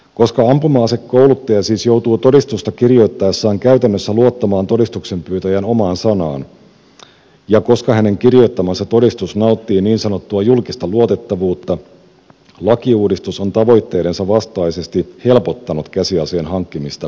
koska ampuma asekouluttaja siis joutuu todistusta kirjoittaessaan käytännössä luottamaan todistuksenpyytäjän omaan sanaan ja koska hänen kirjoittamansa todistus nauttii niin sanottua julkista luotettavuutta lakiuudistus on tavoitteidensa vastaisesti helpottanut käsiaseen hankkimista vilpillisin perustein